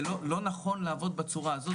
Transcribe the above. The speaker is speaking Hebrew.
זה לא נכון לעבוד בצורה הזאת,